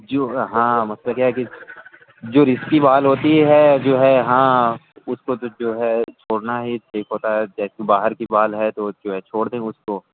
جو ہاں مسئلہ کیا ہے کہ جو رسکی بال ہوتی ہے جو ہے ہاں اس کو تو جو ہے چھوڑنا ہی ٹھیک ہوتا ہے جیسے باہر کی بال ہے تو جو ہے چھوڑ دے اس کو